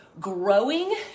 growing